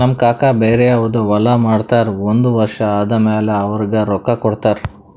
ನಮ್ ಕಾಕಾ ಬ್ಯಾರೆ ಅವ್ರದ್ ಹೊಲಾ ಮಾಡ್ತಾರ್ ಒಂದ್ ವರ್ಷ ಆದಮ್ಯಾಲ ಅವ್ರಿಗ ರೊಕ್ಕಾ ಕೊಡ್ತಾರ್